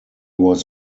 was